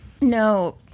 No